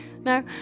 No